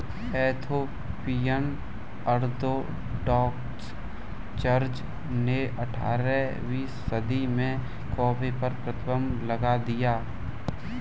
Ethiopian Orthodox Church ने अठारहवीं सदी में कॉफ़ी पर प्रतिबन्ध लगा दिया